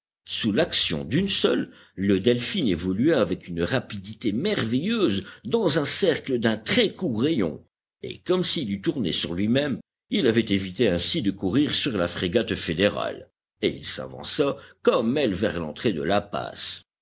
sous l'action d'une seule le delphin évolua avec une rapidité merveilleuse dans un cercle d'un très court rayon et comme s'il eût tourné sur lui-même il avait évité ainsi de courir sur la frégate fédérale et il s'avança comme elle vers l'entrée de la passe